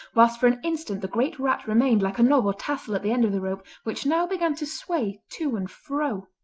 whilst for an instant the great rat remained like a knob or tassel at the end of the rope, which now began to sway to and fro.